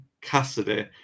Cassidy